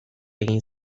egin